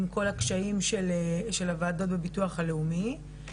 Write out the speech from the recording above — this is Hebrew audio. עם כל הקשיים של הוועדות בביטוח הלאומי,